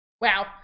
Wow